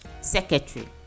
secretary